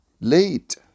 late